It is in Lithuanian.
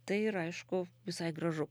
tai yra aišku visai gražu